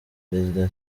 perezida